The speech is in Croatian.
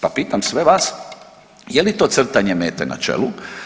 Pa pitam sve vas, je li to crtanje mete na čelu?